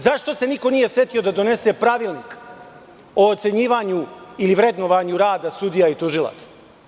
Zašto se niko nije setio da donese pravilnik o ocenjivanju ili vrednovanju rada sudija i tužilaca?